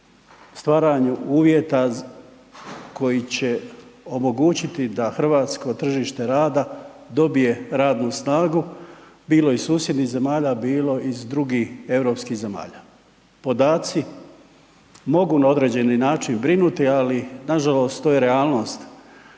stvaranju uvjeta koji će omogućiti da hrvatsko tržište rada dobije radnu snagu, bilo iz susjednih zemalja, bilo iz drugih europskih zemalja. Podaci mogu na određeni način brinuti, ali nažalost to je realnost.